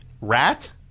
Rat